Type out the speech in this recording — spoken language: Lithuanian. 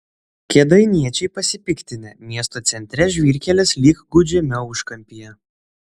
kėdainiečiai pasipiktinę miesto centre žvyrkelis lyg gūdžiame užkampyje